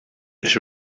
ich